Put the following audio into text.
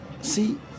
see